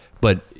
but-